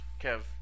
Kev